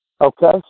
Okay